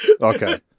Okay